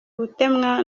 gutemwa